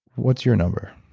what's your number?